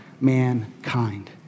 mankind